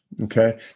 Okay